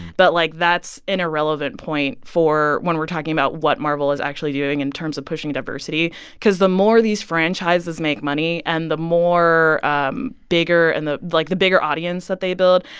but like, that's an irrelevant point for when we're talking about what marvel is actually doing in terms of pushing diversity because the more these franchises make money and the more um bigger and like, the bigger audience that they build,